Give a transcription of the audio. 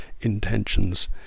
intentions